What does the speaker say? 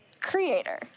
creator